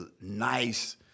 nice